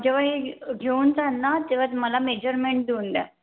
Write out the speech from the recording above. जेव्हा हे घेऊन जाल ना तेव्हा तु मला मेजरमेंट देऊन द्या